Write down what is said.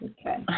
Okay